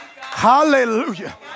Hallelujah